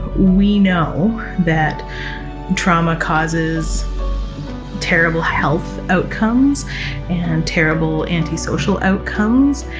we know that trauma causes terrible health outcomes and terrible anti-social outcomes.